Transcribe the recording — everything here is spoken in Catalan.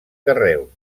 carreus